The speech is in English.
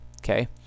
Okay